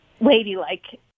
ladylike